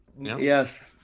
Yes